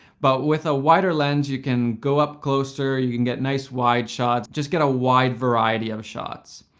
but with a wider lens, you can go up closer, you can get nice wide shots, just get a wide variety of shots.